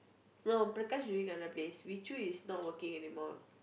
no Prakash already got the place Wee Zhu is not working anymore